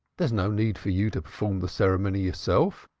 there is no need for you to perform the ceremony yourself.